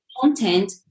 content